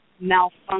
malfunction